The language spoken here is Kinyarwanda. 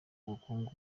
ubukungu